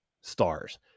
stars